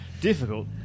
Difficult